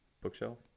bookshelf